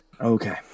okay